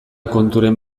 konturen